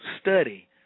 Study